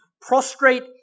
prostrate